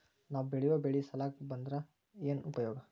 ನಾವ್ ಬೆಳೆಯೊ ಬೆಳಿ ಸಾಲಕ ಬಂದ್ರ ಏನ್ ಉಪಯೋಗ?